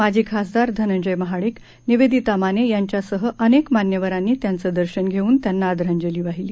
माजी खासदार धनंजय महाडिक निवेदिता माने यांच्यासह अनेक मान्यवरांनी त्यांचं दर्शन घेऊन त्यांना आदरांजली वाहिली